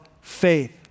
faith